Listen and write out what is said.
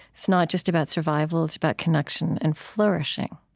it's not just about survival it's about connection and flourishing